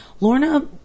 Lorna